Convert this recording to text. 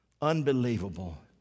Unbelievable